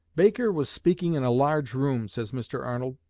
baker was speaking in a large room, says mr. arnold,